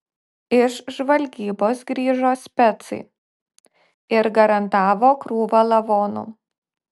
iš žvalgybos grįžo specai ir garantavo krūvą lavonų